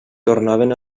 tornaven